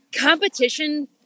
Competition